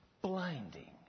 Blinding